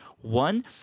One